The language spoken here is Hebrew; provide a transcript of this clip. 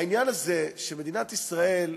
העניין הזה שמדינת ישראל,